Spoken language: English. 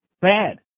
Bad